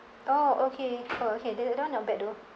oh okay go ahead the the other one not bad though